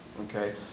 okay